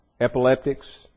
epileptics